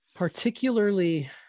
Particularly